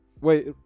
Wait